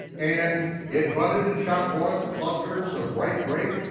and it budded and shot forth clusters of ripe grapes.